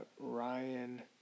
Ryan